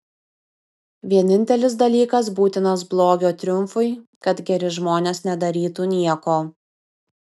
vienintelis dalykas būtinas blogio triumfui kad geri žmonės nedarytų nieko